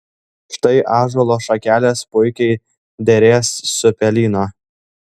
štai ąžuolo šakelės puikiai derės su pelyno